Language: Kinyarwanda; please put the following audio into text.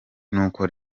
nuko